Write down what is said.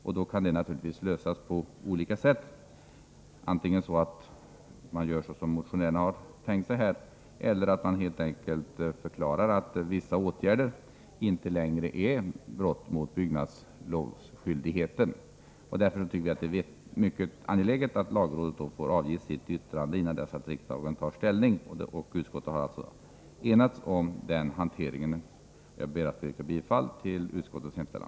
Detta kan naturligtvis göras på olika sätt. Antingen gör man som motionärerna har tänkt sig eller också förklarar man helt enkelt att vissa åtgärder inte längre är brott mot byggnadslovsskyldigheten. Därför tycker vi att det är mycket angeläget att lagrådet får avge sitt yttrande innan riksdagen tar ställning. Utskottet har enats om den hanteringen. Jag ber att få yrka bifall till utskottets hemställan.